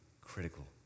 critical